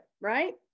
right